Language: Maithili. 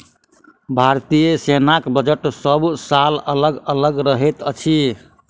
भारतीय सेनाक बजट सभ साल अलग अलग रहैत अछि